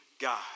God